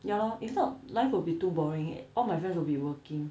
ya lor if not life would be too boring eh all my friends will be working